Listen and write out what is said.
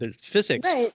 physics